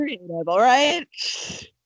Right